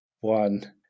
one